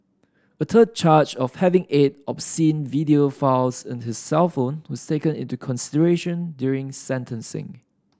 a third charge of having eight obscene video files in his cellphone was taken into consideration during sentencing